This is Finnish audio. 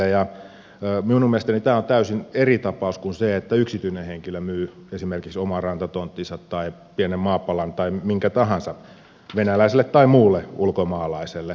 minun mielestäni tämä on täysin eri tapaus kuin se että yksityinen henkilö myy esimerkiksi oman rantatonttinsa tai pienen maapalan tai minkä tahansa venäläiselle tai muulle ulkomaalaiselle